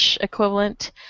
equivalent